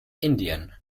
indien